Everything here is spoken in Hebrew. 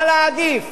מה להעדיף,